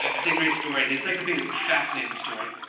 like it's a great story. the encyclopedie is a fascinating story.